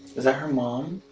is that her mom,